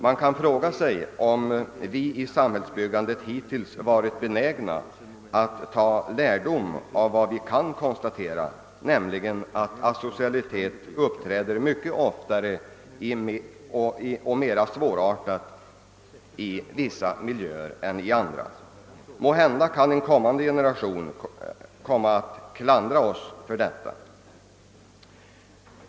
Man kan fråga sig om vi i samhällsbyggandet hittills varit benägna att ta lärdom av vad vi har kunnat konstatera, nämligen att asocialitet uppträder mycket oftare och är mer svårartad i vissa miljöer än i andra. Måhända kan en framtida generation komma «att klandra oss för detta.